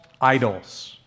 idols